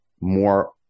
more